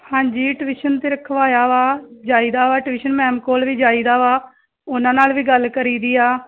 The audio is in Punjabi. ਹਾਂਜੀ ਟਿਵਿਸ਼ਨ 'ਤੇ ਰਖਵਾਇਆ ਵਾ ਜਾਈਦਾ ਵਾ ਟਿਵਿਸ਼ਨ ਮੈਮ ਕੋਲ ਵੀ ਜਾਈਦਾ ਵਾ ਉਹਨਾਂ ਨਾਲ ਵੀ ਗੱਲ ਕਰੀ ਦੀ ਆ